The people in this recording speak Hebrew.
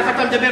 ככה אתה מדבר?